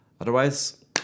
Otherwise